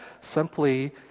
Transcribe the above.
simply